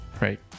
Right